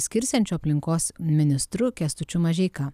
skirsiančiu aplinkos ministru kęstučiu mažeika